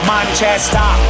Manchester